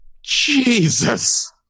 Jesus